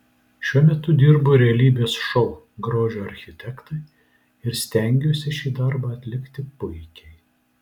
šiuo metu dirbu realybės šou grožio architektai ir stengiuosi šį darbą atlikti puikiai